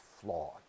flawed